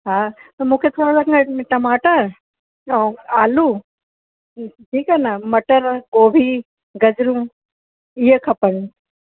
हा त मूंखे थोरो हिन हिन में टमाटर ऐं आलू ठीकु आहे न मटर गोभी गजरूं इहे खपनि